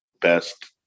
best